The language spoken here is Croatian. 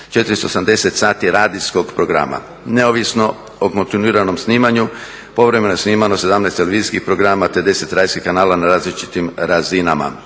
480 sati radijskog programa. Neovisno o kontinuiranom snimanju, povremeno je snimano 17 televizijskih programa te 10 radijskih kanala na različitim razinama